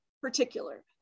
particular